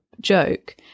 joke